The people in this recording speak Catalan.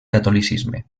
catolicisme